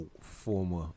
former